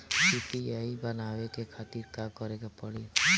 UPI बनावे के खातिर का करे के पड़ी?